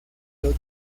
los